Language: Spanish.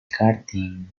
karting